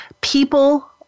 People